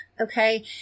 okay